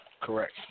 Correct